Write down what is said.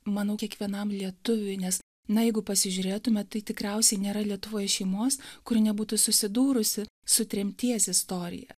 manau kiekvienam lietuviui nes na jeigu pasižiūrėtume tai tikriausiai nėra lietuvoj šeimos kuri nebūtų susidūrusi su tremties istorija